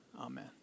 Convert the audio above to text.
Amen